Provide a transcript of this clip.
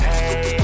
Hey